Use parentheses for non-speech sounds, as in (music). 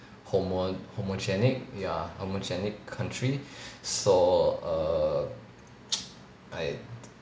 homo~ homogenic ya homogenic country (breath) so err (noise) I